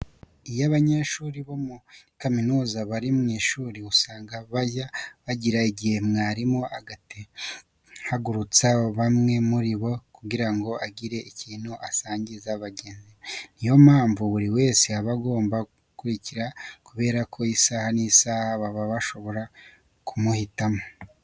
Iyo abanyeshuri bo muri kaminuza bari mu ishuri usanga bajya bagira igihe mwarimu agahagurutse bamwe muri bo kugira ngo agire ikintu asangiza bagenzi be. Niyo mpamvu buri wese aba agomba gukurikara kubera ko isaha n'isaha baba bashobora kumuhitamo.